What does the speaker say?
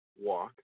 walk